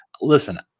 Listen